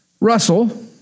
Russell